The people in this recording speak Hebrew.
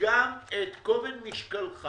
גם את כובד משקלך